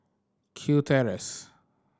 Kew Terrace